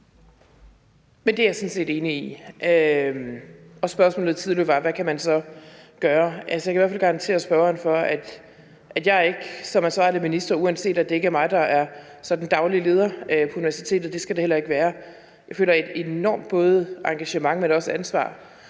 Det er jeg sådan set enig i. Spørgsmålet fra tidligere var, hvad man så kan gøre. Jeg kan i hvert fald garantere spørgeren for, at jeg som ansvarlig minister, uanset at det ikke er mig, der er sådan den daglige leder på universitetet – det skal det heller ikke være – både føler et enormt engagement, men også et ansvar